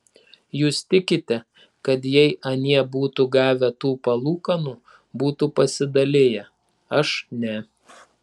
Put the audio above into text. jūs tikite kad jei anie būtų gavę tų palūkanų būtų pasidaliję aš ne